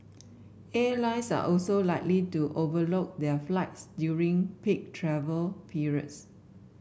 airlines are also likely to overbook their flights during peak travel periods